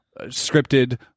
scripted